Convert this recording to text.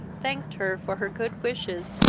thanked her for her good wishes,